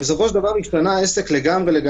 בסופו של דבר השתנה העסק לגמרי.